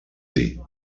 dir